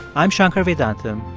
i'm shankar vedantam,